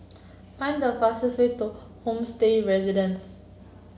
find the fastest way to Homestay Residences